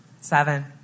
seven